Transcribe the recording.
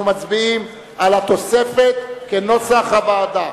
ולכן אנחנו מצביעים על התוספת כנוסח הוועדה.